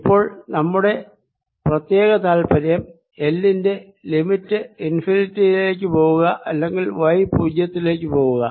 ഇപ്പോൾ നമ്മുടെ പ്രത്യേക താൽപ്പര്യം L ന്റെ ലിമിറ്റ് ഇൻഫിനിറ്റിയിലേക്ക് പോകുക അല്ലെങ്കിൽ y പൂജ്യത്തിലേക്ക് പോകുക